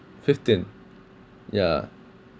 fifteen ya